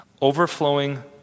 Overflowing